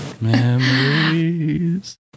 Memories